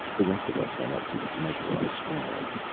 the rest of us went up to measure our straws.